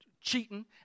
Cheating